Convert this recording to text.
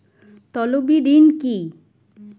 তলবি ঋণ কি?